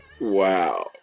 Wow